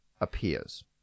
appears